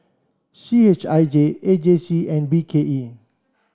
C H I J A J C and B K E